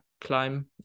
climb